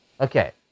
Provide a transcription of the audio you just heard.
Okay